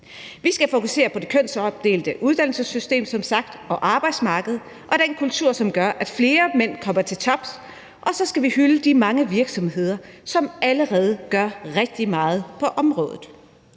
Vi skal som sagt fokusere på det kønsopdelte uddannelsessystem og arbejdsmarked og den kultur, som gør, at flere mænd kommer til tops, og så skal vi hylde de mange virksomheder, som allerede gør rigtig meget på området.